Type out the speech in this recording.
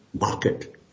market